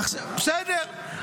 אולי אם